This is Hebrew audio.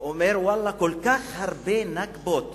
אני אומר: ואללה, כל כך הרבה "נכבות".